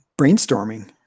brainstorming